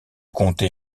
comté